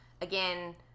again